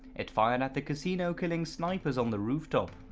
it fired at the casino, killing snipers on the rooftop.